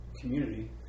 community